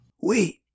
Wait